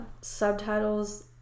subtitles